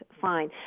fine